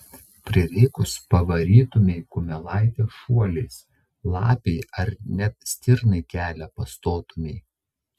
prireikus pavarytumei kumelaitę šuoliais lapei ar net stirnai kelią pastotumei